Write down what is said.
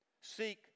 Seek